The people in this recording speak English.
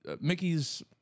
Mickey's